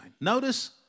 Notice